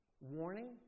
warning